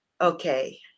Okay